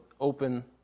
open